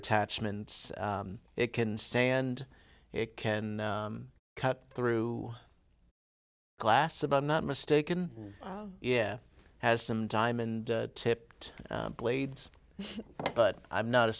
attachments it can see and it can cut through glass about not mistaken oh yeah has some diamond tipped blades but i'm not a